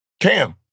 Cam